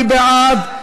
מי בעד?